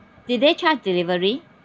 did they charge delivery